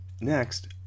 Next